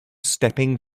stepping